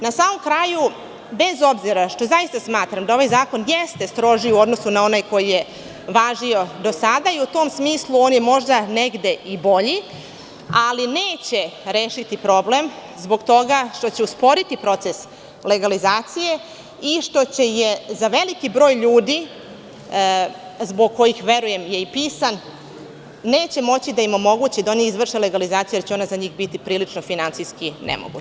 Na samom kraju, bez obzira što zaista smatram da ovaj zakon jeste strožiji na onaj koji je važio do sada i u tom smislu on je možda negde i bolji, ali neće rešiti problem zbog toga što će usporiti proces legalizacije i što će je za veliki broj ljudi zbog kojih je verujem i pisan, neće moći da im omogući da oni izvrše legalizaciju, jer će ona za njih biti prilično finansijski nemoguća.